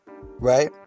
right